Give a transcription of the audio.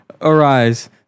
arise